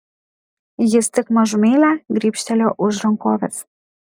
jis tik mažumėlę gribštelėjo už rankovės